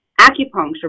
Acupuncture